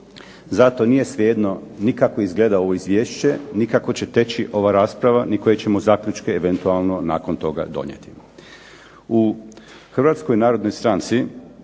Zato nije svejedno ni kako izgleda ovo izvješće, ni kako će teći ova rasprava ni koje ćemo zaključke eventualno nakon toga donijeti. U Hrvatskoj narodnoj stranci